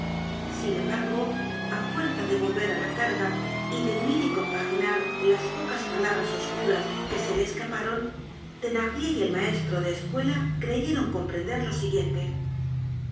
sin embargo á fuerza de volver á la carga y de unir y compaginar las pocas palabras oscuras que se le escaparon thenardier y el maestro de escuela creyeron comprender lo siguiente